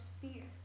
fear